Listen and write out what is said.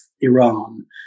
Iran